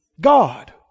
God